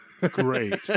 Great